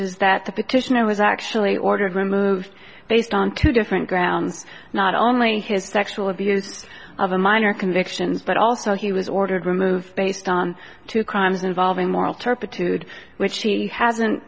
petitioner was actually ordered removed based on two different grounds not only his sexual abuse of a minor convictions but also he was ordered removed based on two crimes involving moral turpitude which he hasn't